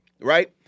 right